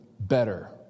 better